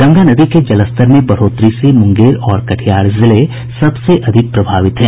गंगा नदी के जलस्तर में बढ़ोतरी से मुंगेर और कटिहार जिले सबसे अधिक प्रभावित हैं